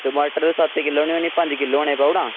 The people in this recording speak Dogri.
टमाटर सत्त किलो निं होने पंज किलो होने पाई ओड़ां